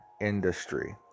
industry